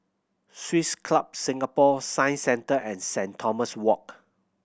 Swiss Club Singapore Science Centre and Saint Thomas Walk